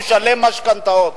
משלם משכנתאות.